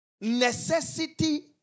Necessity